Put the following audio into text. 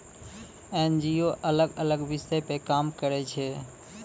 NGO अलग अलग विषयो पे काम करै छै